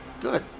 Good